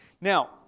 Now